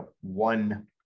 one